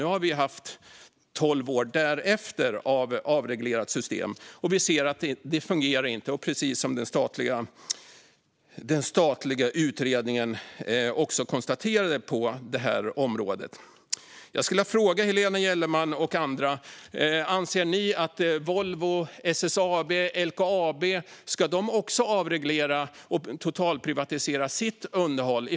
Nu har vi därefter haft tolv år av avreglerat system och ser att det inte fungerar, precis som också den statliga utredningen på det här området konstaterade. Jag skulle vilja fråga Helena Gellerman och andra: Anser ni att Volvo, SSAB och LKAB också ska avreglera och totalprivatisera sitt underhåll?